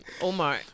Omar